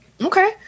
Okay